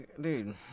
dude